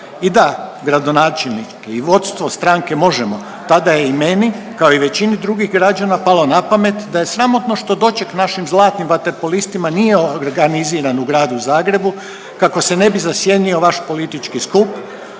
I da, gradonačelnik i vodstvo stranke MOŽEMO tada je i meni kao i većini drugih građana palo na pamet da je sramotno što doček našim zlatnim vaterpolistima nije organiziran u gradu Zagrebu kako se ne bi zasjenio vaš politički skup,